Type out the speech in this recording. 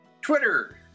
Twitter